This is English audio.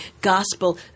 gospel